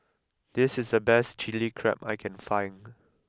this is the best Chili Crab that I can find